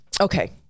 okay